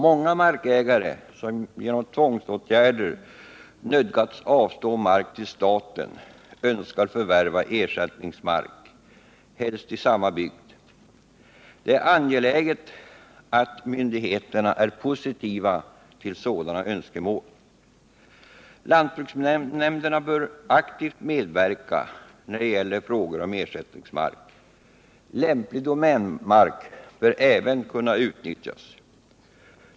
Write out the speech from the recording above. Många markägare som genom tvångsåtgärder nödgats avstå mark till staten önskar förvärva ersättningsmark, helst i samma bygd. Det är angeläget att myndigheterna är positiva till sådana önskemål. Lantbruksnämnderna bör aktivt medverka när det gäller frågor om ersättningsmark. Lämplig domänmark bör även kunna nyttjas.